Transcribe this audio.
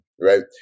right